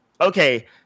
okay